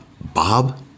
Bob